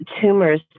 tumors